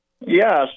Yes